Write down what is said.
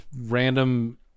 random